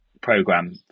program